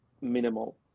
minimal